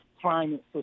climate